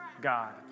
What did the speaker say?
God